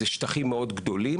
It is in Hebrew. אלה שטחים גדולים מאוד.